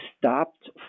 stopped